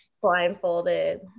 Blindfolded